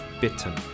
Bitten